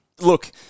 Look